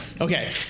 okay